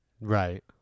Right